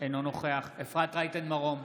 אינו נוכח אפרת רייטן מרום,